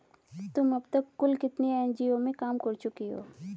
तुम अब तक कुल कितने एन.जी.ओ में काम कर चुकी हो?